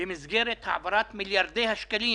במסגרת העברת מיליארדי השקלים